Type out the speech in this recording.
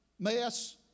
Mess